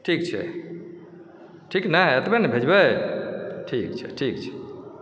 ठीक छै ठीक ने एतबे ने भेजबै ठीक छै ठीक छै